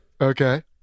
Okay